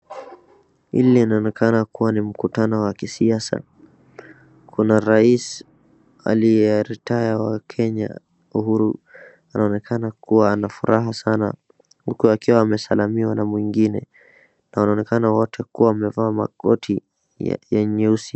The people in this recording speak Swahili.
Hili linaonekaa kuwa ni mkutano wa kisiasa. Kuna rais aliye retire wa kenya Uhuru. Anaonekana kuwa na furaha sana huku akiwa amesalimiwa na mwingine na anaonekana wote kuwa wamevaa makoti ya nyeusi.